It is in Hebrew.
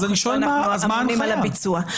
אנחנו אמונים על הביצוע.